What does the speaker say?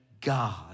God